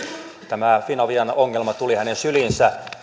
tämä finavian ongelma tuli hänen syliinsä